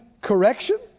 correction